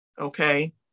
Okay